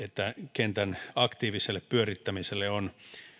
kentän aktiiviselle pyörittämiselle on